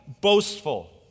boastful